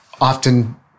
often